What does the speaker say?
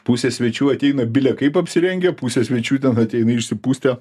pusė svečių ateina bile kaip apsirengę pusė svečių ten ateina išsipūstę